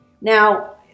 now